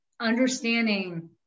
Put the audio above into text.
Understanding